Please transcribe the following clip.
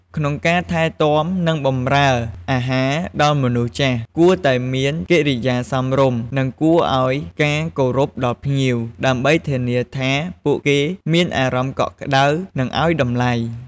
ក្នុងការថែទាំ និងបំរើអាហារដល់មនុស្សចាស់ គួរតែមានកិរិយាសមរម្យ និងគួរអោយការគោរពដល់ភ្ញៀវ ដើម្បីធានាថាពួកគេមានអារម្មណ៍កក់ក្តៅ និងឲ្យតម្លៃ។